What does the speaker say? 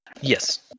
Yes